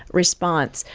response.